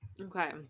Okay